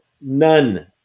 None